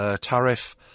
tariff